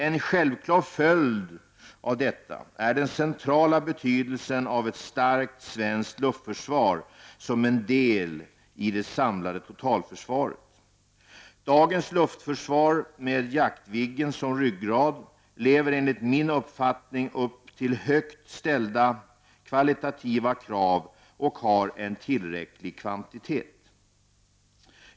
En självklar följd av detta är den centrala betydelsen av ett starkt svenskt luftförsvar som en del i det samlade totalförsvaret. Dagens luftförsvar, med Jaktviggen som ryggrad, lever enligt min uppfattnaing upp till högt ställda kvalitativa krav och har en tillräcklig kvantitet.